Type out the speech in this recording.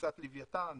מכניסת לוויתן